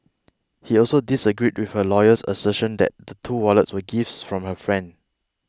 he also disagreed with her lawyer's assertion that the two wallets were gifts from her friend